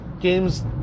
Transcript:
games